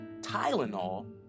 Tylenol